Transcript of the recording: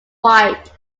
fight